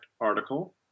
article